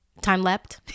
Time-leapt